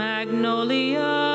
Magnolia